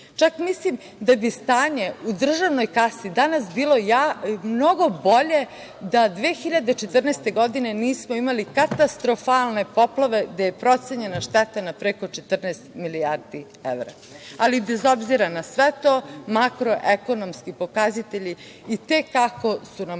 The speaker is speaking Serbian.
Čak mislim da bi stanje u državnoj kasi danas bilo mnogo bolje da 2014. godine nismo imali katastrofalne poplave gde je procenjena šteta na 14 milijardi evra. Ali, bez obzira na sve to makroekonomski pokazatelji i te kako su nam